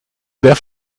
der